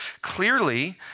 clearly